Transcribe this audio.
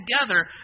together